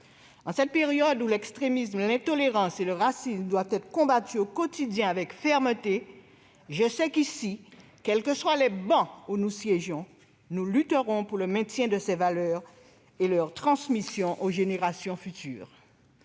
En cette période où l'extrémisme, l'intolérance et le racisme doivent être combattus au quotidien avec fermeté, je sais que, ici, quelles que soient les travées où nous siégeons, nous lutterons pour le maintien de ces valeurs et leur transmission aux générations futures.